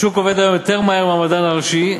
השוק עובד היום יותר מהר מהמדען הראשי,